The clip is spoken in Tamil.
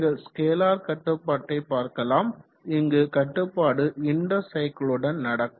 நீங்கள் ஸ்கேலார் கட்டுப்பாட்டை பார்க்கலாம் இங்கு கட்டுப்பாடு இன்டெர் சைக்கிளுடன் நடக்கும்